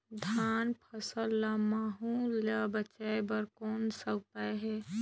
धान फसल ल महू ले बचाय बर कौन का उपाय हे?